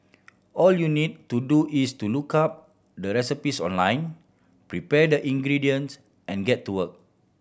all you need to do is to look up the recipes online prepare the ingredients and get to work